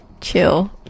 Chill